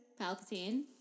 Palpatine